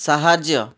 ସାହାଯ୍ୟ